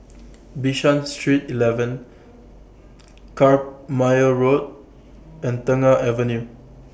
Bishan Street eleven Carpmael Road and Tengah Avenue